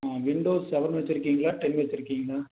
ஆ Windows seven வச்சிருக்கீங்களா ten வச்சிருக்கீங்களா